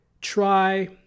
try